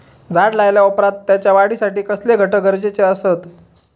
झाड लायल्या ओप्रात त्याच्या वाढीसाठी कसले घटक गरजेचे असत?